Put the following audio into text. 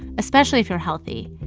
especially if you're healthy.